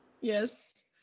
Yes